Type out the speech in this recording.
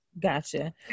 Gotcha